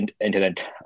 internet